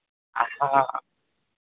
हँ